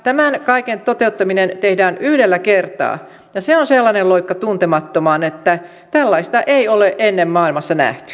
tämän kaiken toteuttaminen tehdään yhdellä kertaa ja se on sellainen loikka tuntemattomaan että tällaista ei ole ennen maailmassa nähty